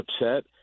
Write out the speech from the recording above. upset